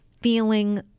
feeling